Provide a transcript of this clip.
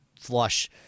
flush